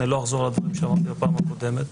ולא אחזור על הדברים שאמרתי בפעם הקודמת,